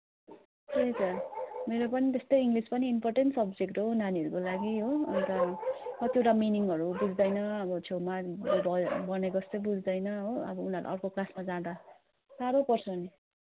त्यही त मेरो पनि त त्यस्तो इङ्लिस पनि इम्पोर्टेन्ट सब्जेक्ट हो नानीहरूको लागि हो अन्त कतिवटा मिनिङहरू बुझ्दैन अब छेउमा भनेको जस्तो बुझ्दैन हो अब उनीहरू अर्को क्लासमा जाँदा साह्रो पर्छ नि